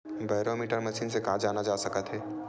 Barometer machine से का जाना जा सकत हे?